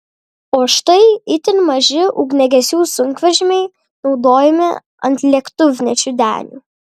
o štai itin maži ugniagesių sunkvežimiai naudojami ant lėktuvnešių denių